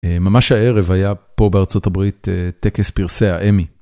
ממש הערב, היה פה, בארה״ב, טקס פרסי האמי.